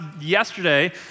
yesterday